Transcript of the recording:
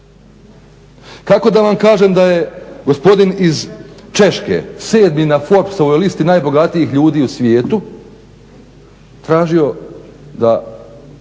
Kako da vam kažem da je gospodin iz Češke, sedmi na Forbesovoj listi najbogatijih ljudi u svijetu tražio da